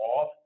off